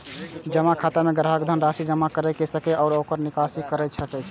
जमा खाता मे ग्राहक धन राशि जमा कैर सकै छै आ ओकर निकासी कैर सकै छै